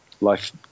life